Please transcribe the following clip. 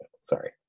Sorry